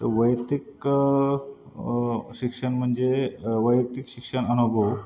तर वैयक्तिक शिक्षण म्हणजे वैयक्तिक शिक्षण अनुभव